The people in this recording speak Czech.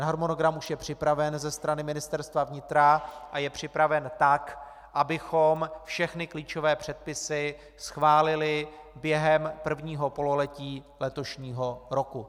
Harmonogram už je připraven ze strany Ministerstva vnitra a je připraven tak, abychom všechny klíčové předpisy schválili během prvního pololetí letošního roku.